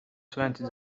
twenty